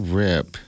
rip